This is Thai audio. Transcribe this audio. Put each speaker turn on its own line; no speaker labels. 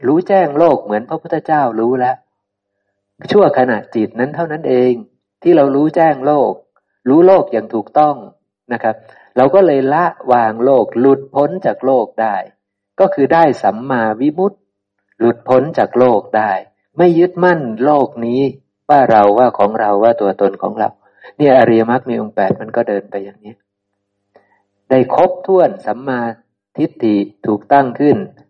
รู้แจ้งโลกเหมือนพระพุทธเจ้ารู้แล้ว ชั่วขณะจิตนั้นเท่านั้นเองที่เรารู้แจ้งโลก รู้โลกอย่างถูกต้องนะครับ เราก็เลยละวางโลก หลุดพ้นจากโลกได้ ก็คือได้สัมมาวิมุตติ หลุดพ้นจากโลกได้ ไม่ยึดมั่นโลกนี้ว่าเราว่าของเราว่าตัว- ตัวตนของเราเนี่ย อริยมรรคมีองค์แปดมันก็เดินไปอย่างนี้ได้ครบถ้วน สัมมาทิฏฐิถูกตั้งขึ้น